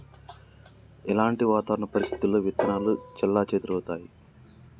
ఎలాంటి వాతావరణ పరిస్థితుల్లో విత్తనాలు చెల్లాచెదరవుతయీ?